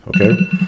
okay